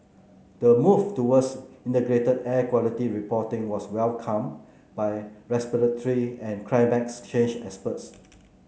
the move towards integrated air quality reporting was welcomed by respiratory and climate change experts